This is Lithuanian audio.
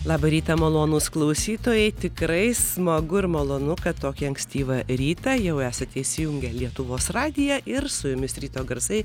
labą rytą malonūs klausytojai tikrai smagu ir malonu kad tokį ankstyvą rytą jau esate įsijungę lietuvos radiją ir su jumis ryto garsai